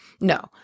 no